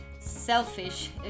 selfish